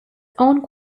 own